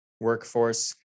workforce